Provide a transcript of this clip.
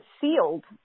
sealed